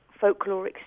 folkloric